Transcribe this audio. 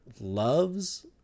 loves